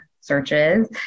searches